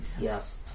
Yes